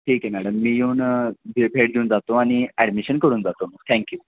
ठीक आहे मॅडम मी येऊन भे भेट देऊन जातो आणि ॲडमिशन करून जातो मग थँक्यू